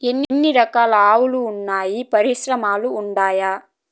ఎన్ని రకాలు ఆవులు వున్నాయి పరిశ్రమలు ఉండాయా?